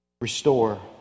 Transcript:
Restore